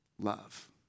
love